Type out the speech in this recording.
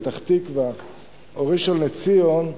פתח-תקווה או ראשון-לציון,